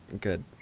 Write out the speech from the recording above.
good